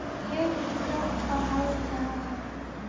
खेत किसोक कहाल जाहा जाहा?